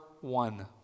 one